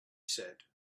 said